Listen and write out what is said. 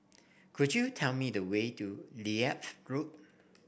could you tell me the way to Leith Road